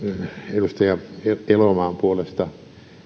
edustaja elomaan puolesta kävi